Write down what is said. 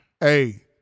Hey